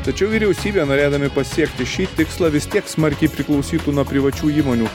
tačiau vyriausybė norėdami pasiekti šį tikslą vis tiek smarkiai priklausytų nuo privačių įmonių